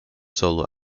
solo